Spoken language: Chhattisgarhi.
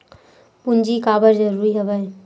पूंजी काबर जरूरी हवय?